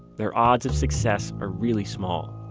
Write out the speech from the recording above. their odds of success are really small